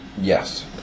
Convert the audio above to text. Yes